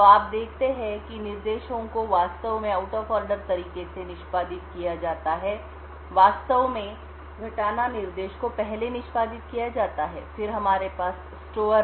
तो आप देखते हैं कि निर्देशों को वास्तव में आउट ऑफ ऑर्डर तरीके से निष्पादित किया जाता है वास्तव में घटाना निर्देश को पहले निष्पादित किया जाता है फिर हमारे पास स्टोर अनुदेश और वगैरा